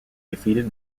defeated